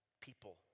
People